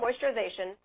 moisturization